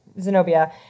Zenobia